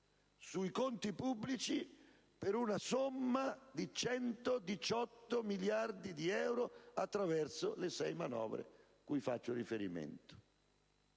sui conti pubblici per una somma di 118 miliardi di euro attraverso le sei manovre cui faccio riferimento.